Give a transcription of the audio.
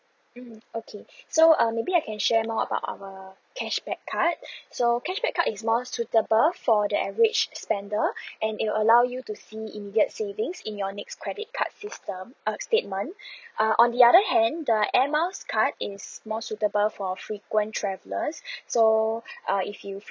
mm okay so uh maybe I can share more about our cashback card so cashback card is more suitable for the average spender and it will allow you to see immediate savings in your next credit card system uh statement uh on the other hand the air miles card is more suitable for frequent travellers so uh if you